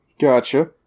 Gotcha